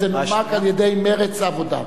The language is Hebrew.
תנומק על-ידי מרצ העבודה.